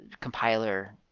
compiler